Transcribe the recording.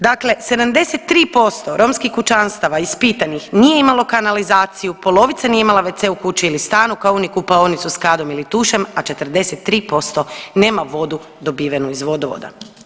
Dakle, 73% romskih kućanstava ispitanih nije imalo kanalizaciju, polovica nije imala wc u kući ili stanu kao ni kupaonicu s kadom ili tušem, a 43% nema vodu dobivenu iz vodovoda.